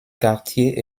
quartier